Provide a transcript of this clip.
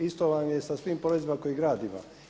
Isto vam je sa svim porezima koje grad ima.